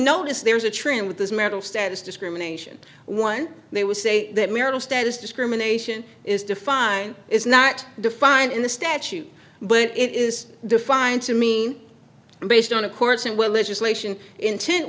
notice there is a trend with this marital status discrimination one they would say that marital status discrimination is defined is not defined in the statute but it is defined to mean based on the courts and willis nation intent